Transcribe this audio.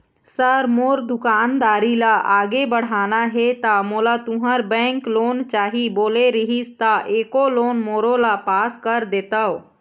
Sir मोर दुकानदारी ला आगे बढ़ाना हे ता मोला तुंहर बैंक लोन चाही बोले रीहिस ता एको लोन मोरोला पास कर देतव?